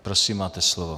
Prosím, máte slovo.